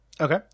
Okay